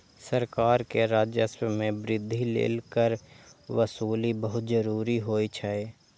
सरकार के राजस्व मे वृद्धि लेल कर वसूली बहुत जरूरी होइ छै